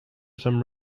some